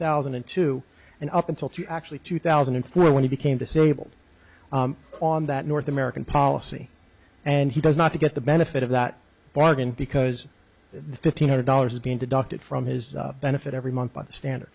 thousand and two and up until two actually two thousand and three when he became disabled on that north american policy and he does not get the benefit of that bargain because the fifteen hundred dollars is being deducted from his benefit every month by that standard